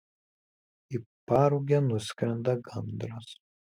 į parugę nuskrenda gandras